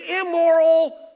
immoral